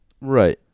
Right